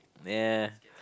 yeah